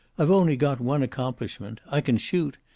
i've only got one accomplishment. i can shoot.